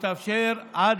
בואו נעצור שנייה את